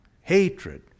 hatred